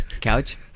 Couch